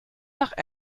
nach